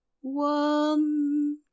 One